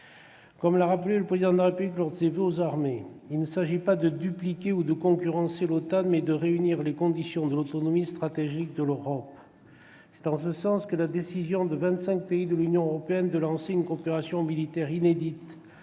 Comme l'a rappelé le Président de la République lors de ses voeux aux armées, « il ne s'agit pas de dupliquer ou de concurrencer l'OTAN, mais de réunir les conditions de l'autonomie stratégique de l'Europe ». C'est en ce sens que la décision de 25 pays de l'Union européenne de lancer une coopération militaire inédite,